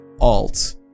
alt